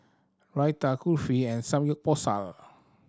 Raita Kulfi and Samgyeopsal